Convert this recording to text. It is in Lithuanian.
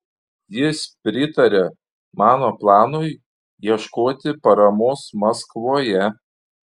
jis pritarė mano planui ieškoti paramos maskvoje